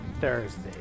Thursday